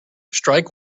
strike